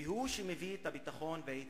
והוא שמביא את הביטחון ואת היציבות.